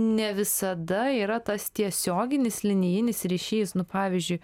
ne visada yra tas tiesioginis linijinis ryšys nu pavyzdžiui